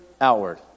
outward